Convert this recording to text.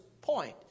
point